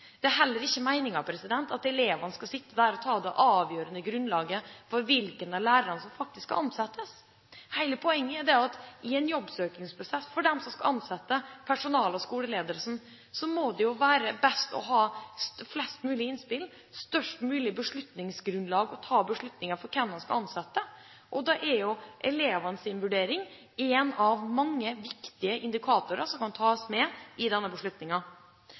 Det er ikke meningen at elevene skal sitte og ta den avgjørende beslutningen om hvilke lærere som skal ansettes. Hele poenget er at i en ansettelsesprosess må det for dem som skal ansette personale – skoleledelsen – være best å få flest mulig innspill, et best mulig grunnlag for å ta beslutningen om hvem de skal ansette. Da er elevenes vurdering én av mange viktige indikatorer i denne beslutningen. Samtidig har jeg lyst til å understreke et annet viktig moment som kanskje ikke har vært nevnt tidligere i